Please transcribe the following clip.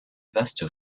vaste